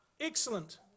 excellent